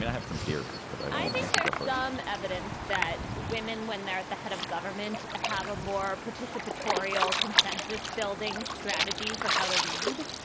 mean, i have some theories, but i i think so one um evidence that women, when they're at the head of government, have a more participatory, all consensus building strategy for how to lead.